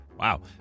Wow